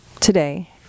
today